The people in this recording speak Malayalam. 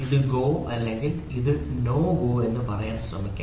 ഇത് GO അല്ലെങ്കിൽ ഇത് NO GO എന്ന് പറയാൻ ഞാൻ ശ്രമിക്കും